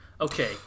okay